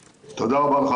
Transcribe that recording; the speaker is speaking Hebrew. תודה רבה לך,